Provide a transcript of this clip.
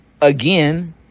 again